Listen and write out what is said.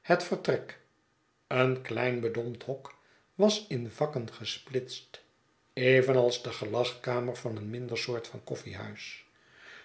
het vertrek een klein bedompt hok was in vakken gesplitst even als de gelagkamer van een minder soort van koffiehuis